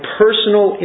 personal